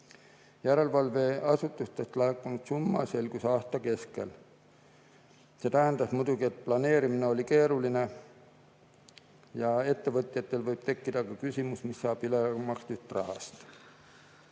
Järelevalveasutustest laekunud summa selgus aasta keskel. See tähendas muidugi, et planeerimine oli keeruline ja ettevõtjatel võib tekkida ka küsimus, mis saab ülemakstud rahast.